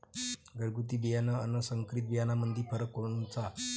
घरगुती बियाणे अन संकरीत बियाणामंदी फरक कोनचा?